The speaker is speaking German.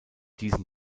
diesen